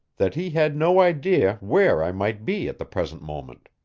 that he had no idea where i might be at the present moment.